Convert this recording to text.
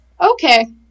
Okay